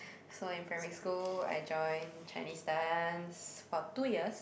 so in primary school I joined Chinese dance for two years